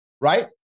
right